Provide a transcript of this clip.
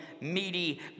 meaty